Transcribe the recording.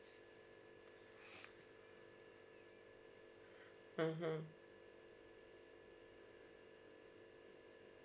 mmhmm